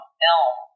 film